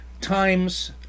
times